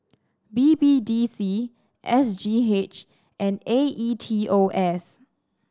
B B D C S G H and A E T O S